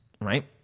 right